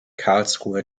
karlsruhe